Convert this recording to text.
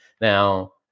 now